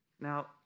Now